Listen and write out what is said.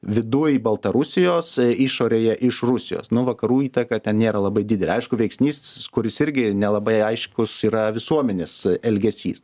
viduj baltarusijos išorėje iš rusijos nu vakarų įtaka ten nėra labai didelė aišku veiksnys kuris irgi nelabai aiškus yra visuomenės elgesys